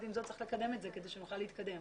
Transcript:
עם זאת צריך לקדם את זה כדי שנוכל להתקדם.